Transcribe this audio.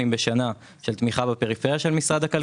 בשנה של תמיכה בפריפריה של משרד הכלכלה.